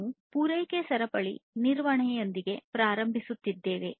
ನಾವು ಪೂರೈಕೆ ಸರಪಳಿ ನಿರ್ವಹಣೆಯೊಂದಿಗೆ ಪ್ರಾರಂಭಿಸುತ್ತೇವೆ